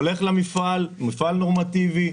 הולך למפעל נורמטיבי,